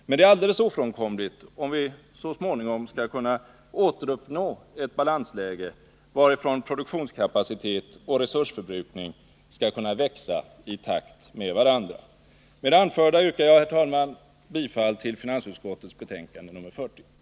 Men det är alldeles ofrånkomligt, om vi så småningom skall kunna återuppnå ett balansläge, varifrån produktionskapacitet och resursförbrukning skall kunna växa i takt med varandra. Herr talman! Med det anförda yrkar jag bifall till finansutskottets hemställan i dess betänkande nr 40.